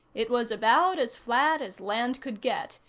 it was about as flat as land could get,